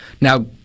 Now